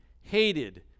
hated